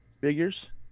figures